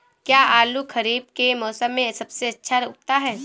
क्या आलू खरीफ के मौसम में सबसे अच्छा उगता है?